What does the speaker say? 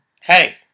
Hey